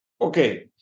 Okay